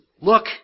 look